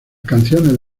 canciones